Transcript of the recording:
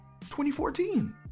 2014